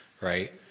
right